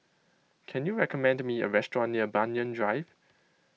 can you recommend me a restaurant near Banyan Drive